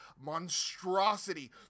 monstrosity